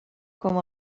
com